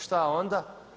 Šta onda?